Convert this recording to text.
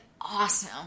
awesome